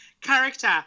character